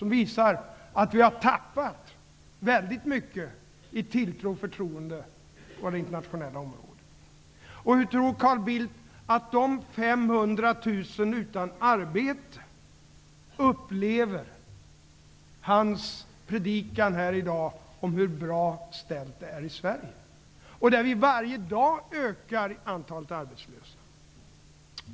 Det visar att vi har tappat väldigt mycket i tilltro och förtroende på det internationella området. Hur tror Carl Bildt att de 500 000 människor som är utan arbete upplever hans predikan i dag om hur bra det är ställt i Sverige? Varje dag ökar ju antalet arbetslösa.